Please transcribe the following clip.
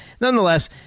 nonetheless